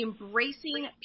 embracing